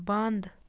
بنٛد